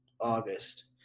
August